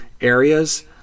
areas